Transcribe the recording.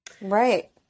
Right